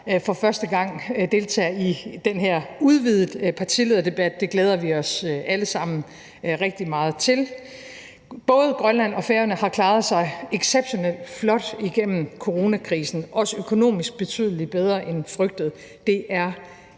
for første gang deltager i den her udvidede partilederdebat; det glæder vi os alle sammen rigtig meget til. Både Grønland og Færøerne har klaret sig exceptionelt flot igennem coronakrisen, også økonomisk betydelig bedre end frygtet. Det er